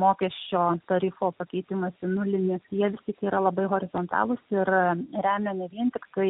mokesčio tarifo pakeitimas į nulinį jie vis tik yra labai horizontalūs ir remia ne vien tiktai